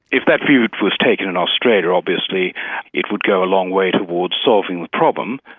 if that view was taken in australia obviously it would go a long way towards solving the problem,